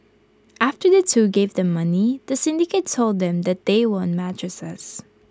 after the two gave the money the syndicate told them that they won mattresses